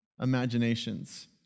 imaginations